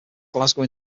glasgow